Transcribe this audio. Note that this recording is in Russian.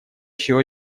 еще